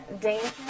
danger